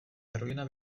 karolína